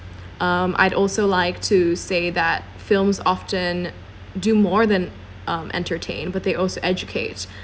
um I'd also like to say that films often do more than um entertain but they also educate